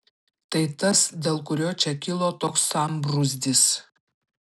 tai tas dėl kurio čia kilo toks sambrūzdis